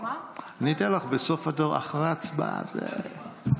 אני אתן לך אחרי ההצבעה.